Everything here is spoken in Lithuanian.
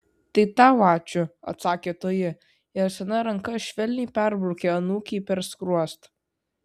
tai tau ačiū atsakė toji ir sena ranka švelniai perbraukė anūkei per skruostą